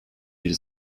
bir